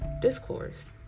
discourse